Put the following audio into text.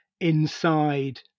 inside